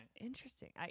Interesting